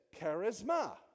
charisma